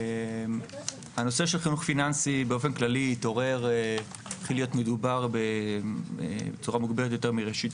הנושא של חינוך פיננסי התחיל להיות מדובר בצורה מוגברת יותר מראשית